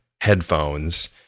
headphones